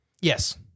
Yes